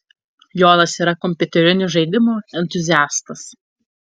jonas yra kompiuterinių žaidimų entuziastas